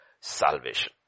salvation